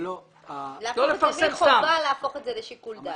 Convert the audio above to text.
להפוך את זה מחובה לשיקול דעת.